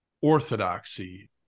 orthodoxy